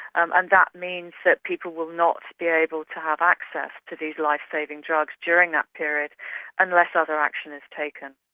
um and that means that people will not be able to have access to these life-saving drugs during that period unless other action is taken.